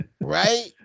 Right